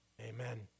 Amen